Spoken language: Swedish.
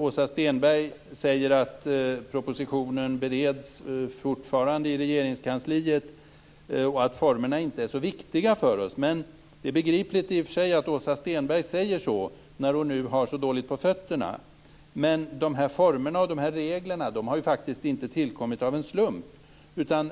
Åsa Stenberg säger att propositionen fortfarande bereds i Regeringskansliet, och att formerna inte är så viktiga. Det är i och för sig begripligt att hon säger så eftersom hon har så dåligt på fötterna, men de här formerna och reglerna har faktiskt inte tillkommit av en slump.